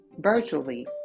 virtually